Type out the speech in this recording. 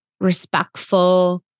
respectful